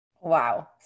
wow